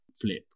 flip